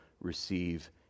receive